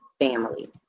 family